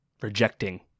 rejecting